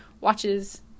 watches